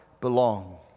belong